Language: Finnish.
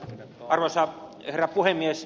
arvoisa herra puhemies